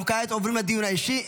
אנחנו כעת עוברים לדיון האישי,